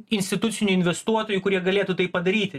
institucinių investuotojų kurie galėtų tai padaryti